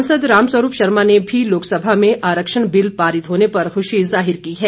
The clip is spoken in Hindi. सांसद रामस्वरूप शर्मा ने भी लोकसभा में आरक्षण बिल पारित होने पर खुशी जाहिर की है